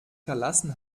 verlassen